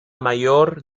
mayor